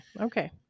Okay